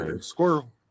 Squirrel